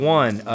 one